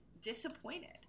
disappointed